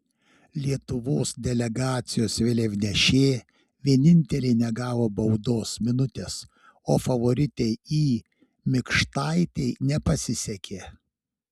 lietuvos delegacijos vėliavnešė vienintelė negavo baudos minutės o favoritei i mikštaitei nepasisekė